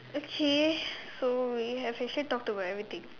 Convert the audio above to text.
okay so we have actually talk about everything